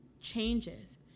changes